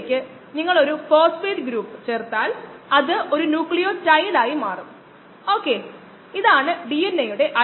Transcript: സാധാരണ ചെയ്യുന്നത് fluorescence measurement probe bio റിയാക്ടറിൽ പ്രത്യേക കിണറ്റിൽ സ്ഥാപിച്ചിരിക്കുന്നു ഇതൊരു ഒപ്റ്റിക്കൽ പ്രോബാണ്